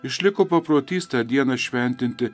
išliko paprotys tą dieną šventinti